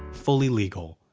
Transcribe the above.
fully legal.